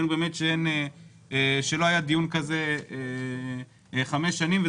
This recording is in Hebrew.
ראינו שלא היה דיון כזה כבר חמש שנים.